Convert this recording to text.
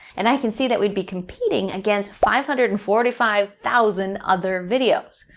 and i can see that would be competing against five hundred and forty five thousand other videos.